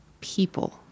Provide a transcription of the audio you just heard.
people